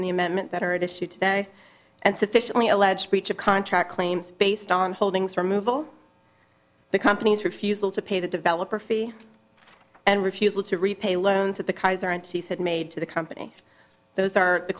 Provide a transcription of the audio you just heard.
agreement the amendment that are issued today and sufficiently alleged breach of contract claims based on holdings removal the company's refusal to pay the developer fee and refusal to repay loans at the kaiser and she said made to the company those are the